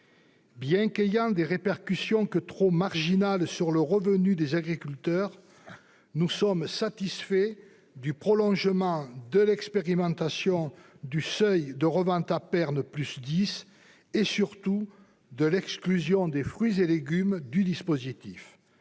Bien qu'ils aient des répercussions trop marginales sur les revenus des agriculteurs, nous sommes satisfaits du prolongement de l'expérimentation du SRP+10 et, surtout, de l'exclusion des fruits et légumes du dispositif.